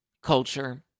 Culture